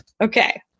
Okay